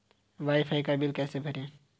Wi fi का bill कैसे भरें?